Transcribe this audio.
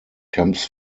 comes